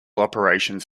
operations